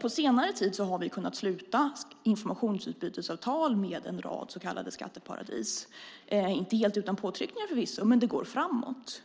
På senare tid har Sverige kunnat sluta informationsutbytesavtal med en rad så kallade skatteparadis - inte helt utan påtryckningar förvisso, men det går framåt.